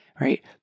right